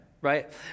right